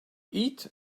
eat